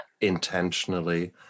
intentionally